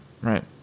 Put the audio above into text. right